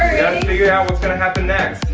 figure out what's gonna happen next.